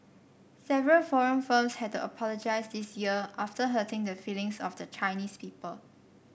several foreign firms had to apologise this year after hurting the feelings of the Chinese people